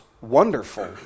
wonderful